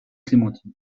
clémentine